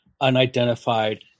unidentified